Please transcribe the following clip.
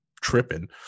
tripping